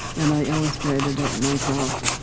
and i illustrated it myself,